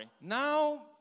Now